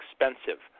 expensive